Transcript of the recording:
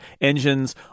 engines